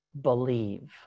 believe